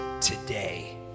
today